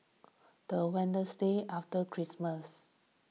the Wednesday after Christmas